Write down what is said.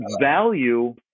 value